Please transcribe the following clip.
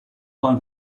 freund